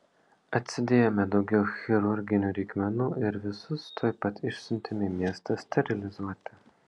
atsidėjome daugiau chirurginių reikmenų ir visus tuoj pat išsiuntėme į miestą sterilizuoti